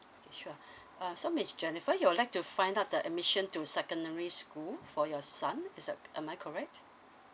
okay sure uh so miss jennifer you would like to find out the admission to secondary school for your son is that am I correct